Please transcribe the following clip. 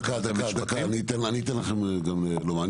דקה, אני אתן לכם גם לומר.